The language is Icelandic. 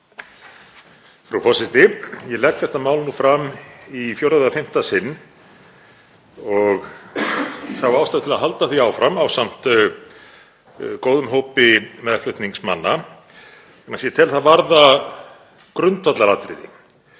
Frú forseti. Ég legg þetta mál fram í fjórða eða fimmta sinn og sá ástæðu til að halda því áfram ásamt góðum hópi meðflutningsmanna. Ég tel það nefnilega varða grundvallaratriði